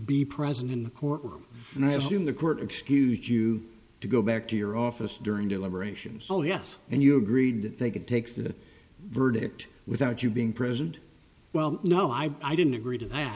be present in the court room and i assume the court excused you to go back to your office during deliberations oh yes and you agreed that they could take that verdict without you being present well no i didn't agree t